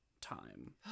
time